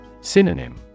Synonym